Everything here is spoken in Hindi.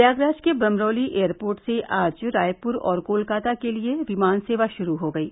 प्रयागराज के बमरौली एयरपोर्ट से आज रायपुर और कोलकाता के लिये विमान सेवा शुरू हो गयी